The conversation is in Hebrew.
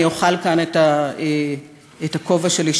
אני אוכל כאן את הכובע שלי,